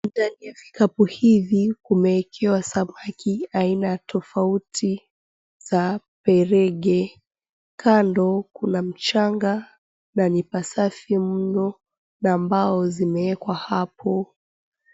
Vikapu hivi kumeekewa samaki aina tofauti za perege. Kando kuna mchanga na ni pasafi mno na mbao zimeekwa hapo.